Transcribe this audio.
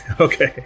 Okay